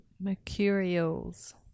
Mercurials